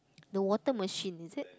the water machine is it